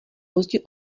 pozdě